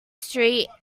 street